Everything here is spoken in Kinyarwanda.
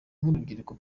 nk’urubyiruko